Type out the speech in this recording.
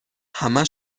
همه